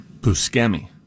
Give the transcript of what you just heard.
Buscemi